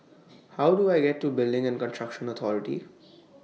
How Do I get to Building and Construction Authority